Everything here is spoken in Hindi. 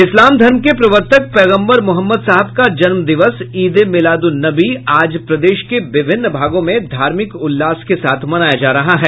इस्लाम धर्म के प्रवर्तक पैगम्बर मोहम्मद साहब का जन्म दिवस ईद मिलाद ऊन नबी आज प्रदेश के विभिन्न भागों में धार्मिक उल्लास के साथ मनाया जा रहा है